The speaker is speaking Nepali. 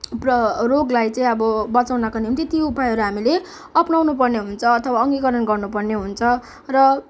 प्र रोगलाई चाहिँ अब बचाउनुका निम्ति त्यो उपायहरू हामीले अपनाउनु पर्ने हुन्छ अथवा अङ्गीकरण गर्नु पर्ने हुन्छ र